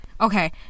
Okay